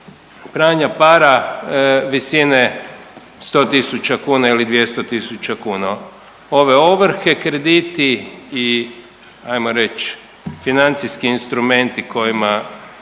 pranja para visine 100 tisuća kuna ili 200 tisuća kuna. Ove ovrhe, krediti i ajmo reć financijski instrumenti kojima